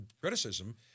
criticism